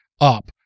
up